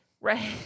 Right